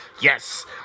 Yes